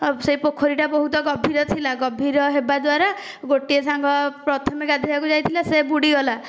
ସେହି ପୋଖରୀଟା ବହୁତ ଗଭୀର ଥିଲା ଗଭୀର ହେବା ଦ୍ୱାରା ଗୋଟିଏ ସାଙ୍ଗ ପ୍ରଥମେ ଗାଧୋଇବାକୁ ଯାଇଥିଲା ସେ ବୁଡ଼ିଗଲା